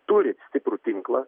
turi stiprų tinklą